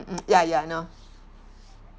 mm ya ya I know